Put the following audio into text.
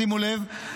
שימו לב,